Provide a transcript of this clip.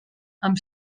amb